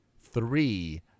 three